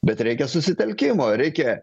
bet reikia susitelkimo reikia